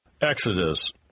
Exodus